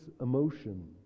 emotion